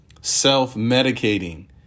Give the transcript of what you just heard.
Self-medicating